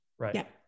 Right